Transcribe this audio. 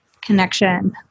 Connection